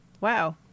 Wow